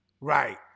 Right